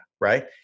right